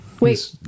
Wait